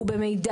אלא רק במידע.